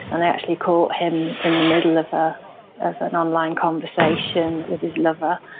and i actually caught him in the middle of ah of an online conversation with his lover.